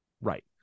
Right